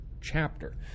chapter